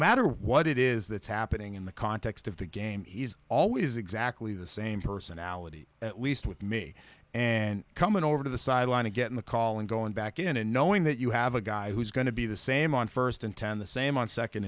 matter what it is that's happening in the context of the game he's always exactly the same personality at least with me and coming over to the sideline to get in the call and going back in and knowing that you have a guy who's going to be the same on first and ten the same on second